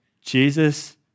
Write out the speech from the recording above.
Jesus